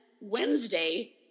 Wednesday